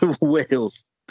Wales